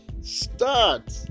start